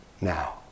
now